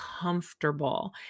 comfortable